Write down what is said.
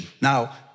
Now